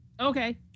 Okay